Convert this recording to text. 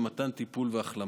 ומתן טיפול והחלמה.